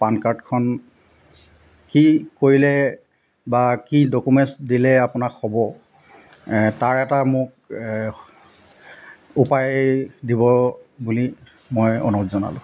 পান কাৰ্ডখন কি কৰিলে বা কি ডকুমেণ্টছ দিলে আপোনাক হ'ব তাৰ এটা মোক উপায় দিব বুলি মই অনুৰোধ জনালোঁ